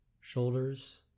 shoulders